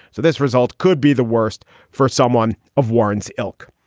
so this result could be the worst for someone of warren's ilk.